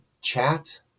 Chat